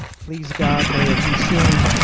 please god may it be soon.